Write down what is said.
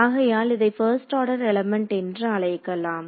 ஆகையால் இதை first order element என்று அழைக்கலாம்